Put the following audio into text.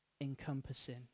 encompassing